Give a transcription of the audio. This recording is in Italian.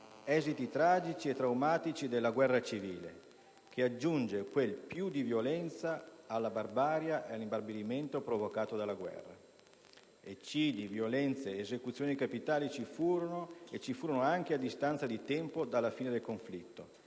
esiti tragici e traumatici della guerra civile, che aggiunge quel più di violenza alla barbarie e all'imbarbarimento provocato dalla guerra. Eccidi, violenze, esecuzioni capitali ci furono e ci furono anche a distanza di tempo dalla fine del conflitto